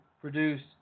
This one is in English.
produce